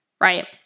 right